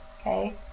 Okay